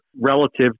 relative